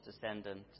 descendant